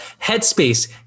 Headspace